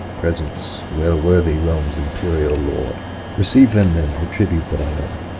presents well worthy rome's imperious lord receive them then, the tribute that i owe,